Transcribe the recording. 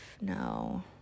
No